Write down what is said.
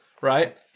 right